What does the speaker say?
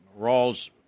Rawls